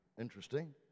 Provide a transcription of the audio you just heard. interesting